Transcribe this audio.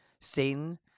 Satan